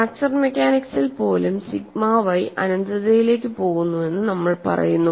fracture മെക്കാനിക്സിൽ പോലും sigma y അനന്തതയിലേക്ക് പോകുന്നുവെന്ന് നമ്മൾ പറയുന്നു